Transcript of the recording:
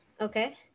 okay